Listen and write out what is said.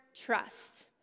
trust